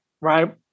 right